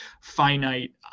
finite